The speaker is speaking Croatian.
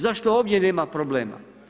Zašto ovdje nema problema?